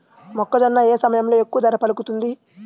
మొక్కజొన్న ఏ సమయంలో ఎక్కువ ధర పలుకుతుంది?